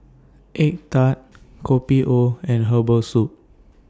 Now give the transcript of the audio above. Egg Tart Kopi O and Herbal Soup